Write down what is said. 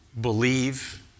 believe